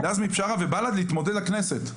לעזמי בשארה ובלד להתמודד לכנסת,